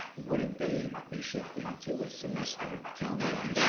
wouldn't they be shifting to a semester calculation?